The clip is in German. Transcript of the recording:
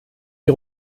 die